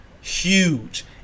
huge